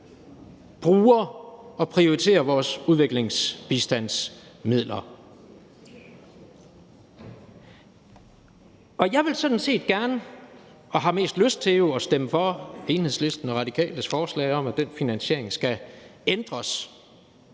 bruger og prioriterer vores udviklingsbistandsmidler. Jeg vil sådan set gerne og har jo mest lyst til at stemme for Enhedslisten og Radikales forslag om, at den finansiering skal ændres,